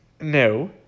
no